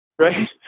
Right